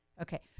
Okay